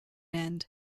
end